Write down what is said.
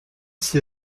s’y